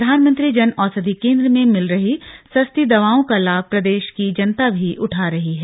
प्रधानमंत्री जन औषधि केंद्र में मिल रही सस्ती दवाओं का लाभ प्रदेश की जनता भी उठा रही है